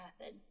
method